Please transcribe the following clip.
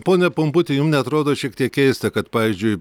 pone pumputi jum neatrodo šiek tiek keista kad pavyzdžiui